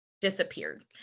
disappeared